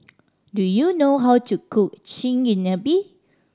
do you know how to cook Chigenabe